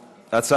בסדר-היום,